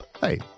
Hey